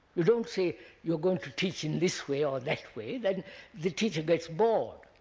you don't say you are going to teach in this way or that way, then the teacher gets bored.